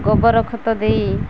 ଗୋବର ଖତ ଦେଇ